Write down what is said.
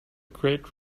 great